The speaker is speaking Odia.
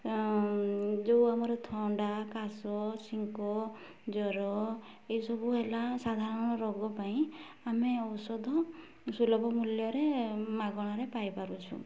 ଯେଉଁ ଆମର ଥଣ୍ଡା କାଶ ଛିଙ୍କ ଜ୍ୱର ଏସବୁ ହେଲା ସାଧାରଣ ରୋଗ ପାଇଁ ଆମେ ଔଷଧ ସୁଲଭ ମୂଲ୍ୟରେ ମାଗଣାରେ ପାଇପାରୁଛୁ